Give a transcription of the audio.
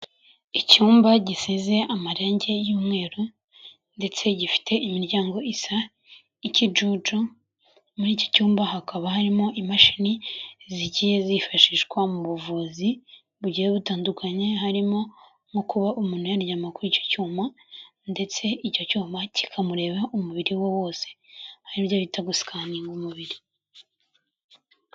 Icyumba gisize amarenge y'umweru, ndetse gifite imiryango isa n'ikijuju, muri iki cyumba hakaba harimo imashini zigiye zifashishwa mu buvuzi bugiye butandukanye, harimo nko kuba umuntu yaryama kuri icyo cyuma, ndetse icyo cyuma kikamureba umubiri we wose, aribyo bita gusikaminga umubiri.